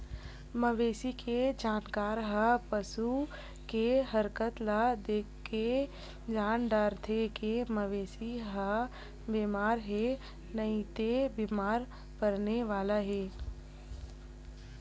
मवेशी के जानकार ह पसू के हरकत ल देखके जान डारथे के मवेशी ह बेमार हे नइते बेमार परने वाला हे